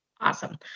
Awesome